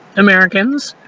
americans!